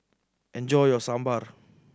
enjoy your Sambar